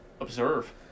observe